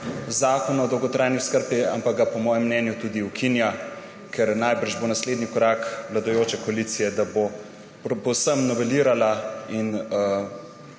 Zakon o dolgotrajni oskrbi, ampak ga po mojem mnenju tudi ukinja, ker verjetno bo naslednji korak vladajoče koalicije, da bo povsem novelirala in